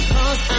Cause